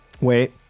Wait